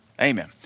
Amen